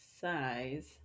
size